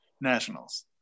nationals